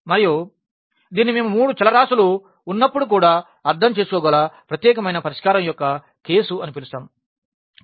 మరియు దీనిని మేము మూడు చలరాసులు ఉన్నప్పుడు కూడా అర్థం చేసుకోగల ప్రత్యేకమైన పరిష్కారం యొక్క కేసు అని పిలుస్తాము